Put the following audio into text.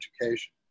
education